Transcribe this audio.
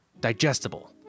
digestible